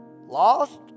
lost